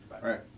right